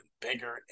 bigger